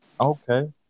Okay